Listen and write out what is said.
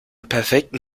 perfekten